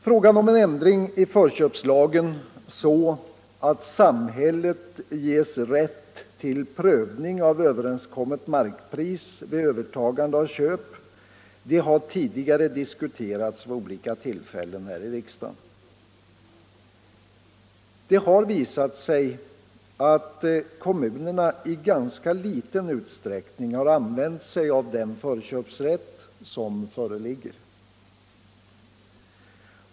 Frågan om en ändring av förköpslagen så att samhället ges rätt till prövning av överenskommet markpris vid övertagande av köp har tidigare diskuterats vid olika tillfällen här i riksdagen. Det har visat sig att kommunerna i ganska liten utsträckning har använt sig av den förköpsrätt som föreligger.